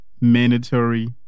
Mandatory